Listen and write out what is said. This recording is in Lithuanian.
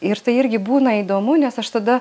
ir tai irgi būna įdomu nes aš tada